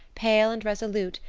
pale and resolute,